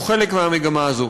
הוא חלק מהמגמה הזאת.